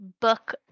Book